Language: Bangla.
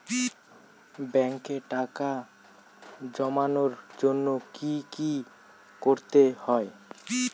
ব্যাংকে টাকা জমানোর জন্য কি কি করতে হয়?